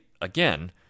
again